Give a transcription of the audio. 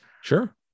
Sure